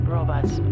Robots